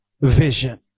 vision